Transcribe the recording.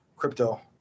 crypto